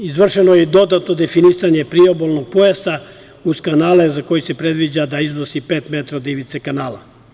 Izvršeno je i dodatno definisanje priobalnog pojasa uz kanale za koje se predviđa da iznose pet metara od ivice kanala.